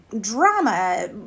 drama